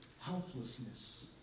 helplessness